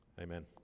amen